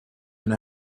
and